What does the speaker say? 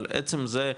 אבל עצם זה,